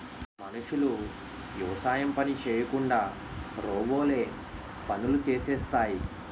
మనుషులు యవసాయం పని చేయకుండా రోబోలే పనులు చేసేస్తాయి